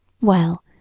Well